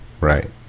right